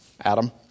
Adam